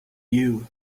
you